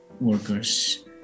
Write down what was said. workers